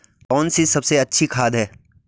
कौन सी सबसे अच्छी खाद है?